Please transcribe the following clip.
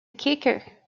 kicker